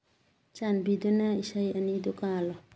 ꯆꯥꯟꯕꯤꯗꯨꯅ ꯏꯁꯩ ꯑꯅꯤꯗꯨ ꯀꯥꯜꯂꯨ